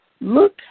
look